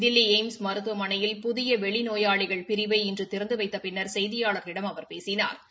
Delhi AIIMS மருத்துவமனையில் புதிய வெளி நோயாளிகள் பிரிவினை இன்று திறந்து வைத்த பின்னா் செய்தியாளா்களிடம் அவா் பேசினாா்